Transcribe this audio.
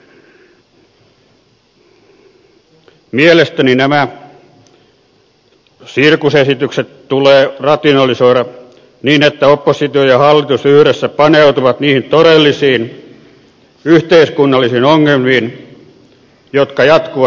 mielestäni nämä sirkusesitykset tulee rationalisoida niin että oppositio ja hallitus yhdessä paneutuvat niihin todellisiin yhteiskunnallisiin ongelmiin jotka jatkuvasti lisääntyvät